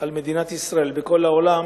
על מדינת ישראל בכל העולם,